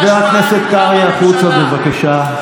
חבר הכנסת קרעי, החוצה, בבקשה.